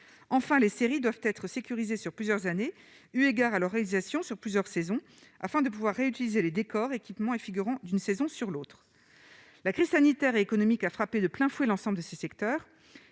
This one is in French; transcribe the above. enfin les séries doivent être sécurisés sur plusieurs années, eu égard à leur réalisation sur plusieurs saisons, afin de pouvoir réutiliser les décors, équipements et figurants d'une saison sur l'autre la christianité économique a frappé de plein fouet l'ensemble de ces secteurs